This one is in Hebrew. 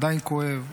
עדיין כואב,